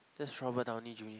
that's Robert Downey Junior